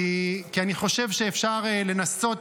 כי אני חושב שאפשר לנסות